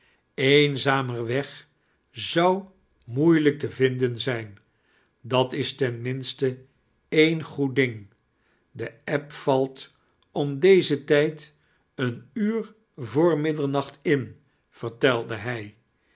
benzameir weg zou moeilijk te vinden zijn dat is ten minst een goed ding de eb valt om dezen tijd een uur vr middernacht in vertelde hij